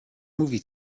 movie